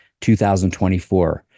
2024